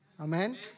Amen